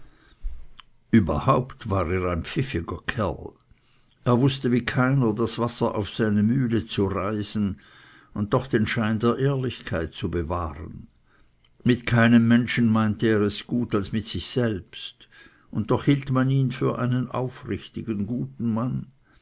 überhaupt war er ein gar pfiffiger kerl er wußte wie keiner das wasser auf seine mühle zu reisen und doch den schein der ehrlichkeit zu bewahren mit keinem menschen meinte er es gut als mit sich selbst und doch hielt man ihn für einen aufrichtigen guten mann